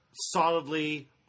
solidly